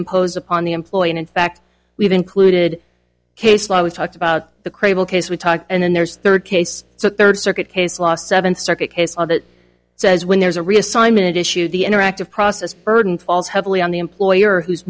imposed upon the employee and in fact we've included case law we talked about the cradle case we talked and then there's third case so third circuit case law seventh circuit case on that says when there's a reassignment issue the interactive process burden falls heavily on the employer who's